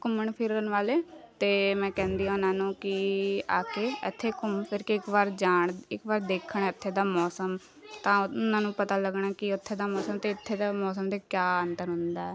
ਘੁੰਮਣ ਫਿਰਨ ਵਾਲੇ ਅਤੇ ਮੈਂ ਕਹਿੰਦੀ ਹਾਂ ਉਹਨਾਂ ਨੂੰ ਕਿ ਆ ਕੇ ਇੱਥੇ ਘੁੰਮ ਫਿਰ ਕੇ ਇੱਕ ਵਾਰ ਜਾਣ ਇੱਕ ਵਾਰ ਦੇਖਣ ਇੱਥੇ ਦਾ ਮੌਸਮ ਤਾਂ ਉਹਨਾਂ ਨੂੰ ਪਤਾ ਲੱਗਣਾ ਕਿ ਉੱਥੇ ਦਾ ਮੌਸਮ ਅਤੇ ਇੱਥੇ ਦਾ ਮੌਸਮ ਦਾ ਕਿਆ ਅੰਤਰ ਹੁੰਦਾ ਹੈ